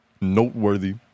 noteworthy